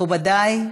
מכובדיי,